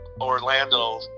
Orlando